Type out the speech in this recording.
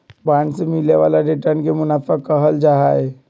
bond से मिले वाला रिटर्न के मुनाफा कहल जाहई